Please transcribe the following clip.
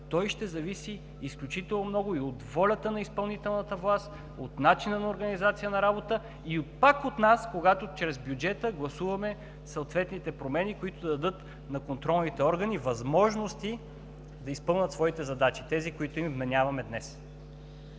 ще зависи изключително много и от волята на изпълнителната власт, от начина на организация на работа и пак от нас, когато чрез бюджета гласуваме съответните промени, които да дадат на контролните органи възможности да изпълнят своите задачите, които им вменяваме днес.